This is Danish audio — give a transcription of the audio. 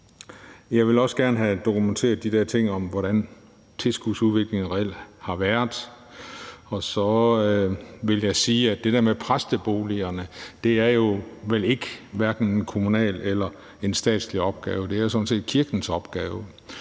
Jeg vil også gerne have dokumenteret de der ting om, hvordan tilskudsudviklingen reelt har været. Så vil jeg sige, at det der med præsteboligerne vel hverken er en kommunal eller en statslig opgave; det er sådan set kirkens opgave.